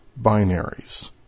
binaries